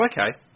okay